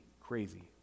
crazy